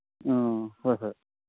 ꯑꯣ ꯍꯣꯏ ꯍꯣꯏ